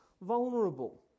vulnerable